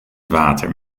water